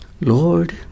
Lord